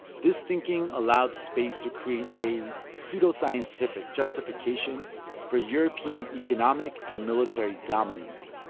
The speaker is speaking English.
this thinking allowed space to create a pseudoscientific justification for european economic and military dominance.